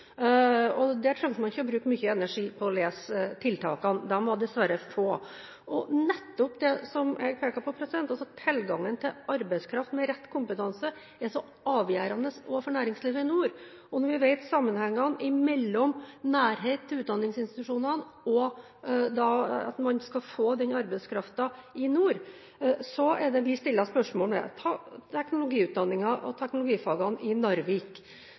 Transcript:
trengte ikke å bruke mye energi på å lese om tiltakene – de var dessverre få. Nettopp det jeg pekte på, tilgangen til arbeidskraft med rett kompetanse, er avgjørende også for næringslivet i nord. Når vi vet sammenhengen mellom nærhet til utdanningsinstitusjonene og det å få slik arbeidskraft i nord, er det vi stiller spørsmål. La oss ta teknologiutdanningen og teknologifagene i Narvik